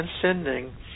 transcending